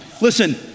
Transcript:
Listen